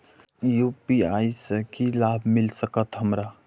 UPI से की लाभ मिल सकत हमरा?